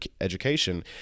education